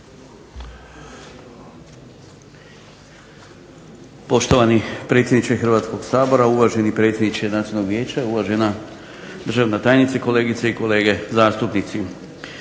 Poštovani predsjedniče Hrvatskoga sabora, uvaženi predsjedniče Nacionalnog vijeća, uvažana državna tajnice, kolegice i kolege zastupnici.